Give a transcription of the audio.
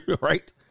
right